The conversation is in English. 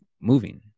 moving